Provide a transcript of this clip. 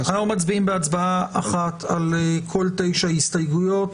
אנחנו מצביעים בהצבעה אחת על כל תשע ההסתייגויות.